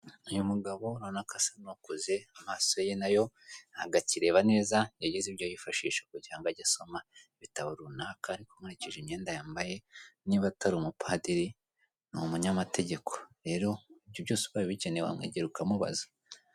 Uyu mugabo urabonako asa nuwakoze amasoye nayo nago akireba neza yagize ibyo yifashisha kugira ngo age asoma ibitabo runaka ariko nkurikije imyenda yambaye n'iba atari umupadiri ni umunyamategeko rero ibyo byose ubaye ubikeneye wamwegera ukamubaza.